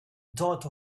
dot